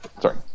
Sorry